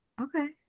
Okay